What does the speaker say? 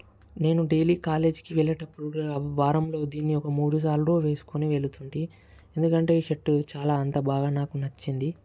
నేను డైలీ కాలేజికి వెళ్ళేటప్పుడు కూడా వారంలో దీన్నొక మూడు సార్లు వేసుకొని వెళుతుంటి ఎందుకంటే ఈ షర్ట్ చాలా అంత బాగా నాకు నచ్చింది